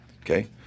okay